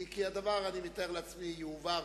כי אני מתאר לעצמי שהדבר,